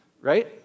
right